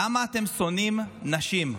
למה אתם שונאים נשים?